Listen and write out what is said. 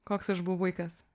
koks aš buvau vaikas